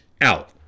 out